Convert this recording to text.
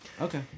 Okay